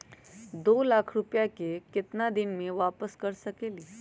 दो लाख रुपया के केतना दिन में वापस कर सकेली?